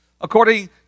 according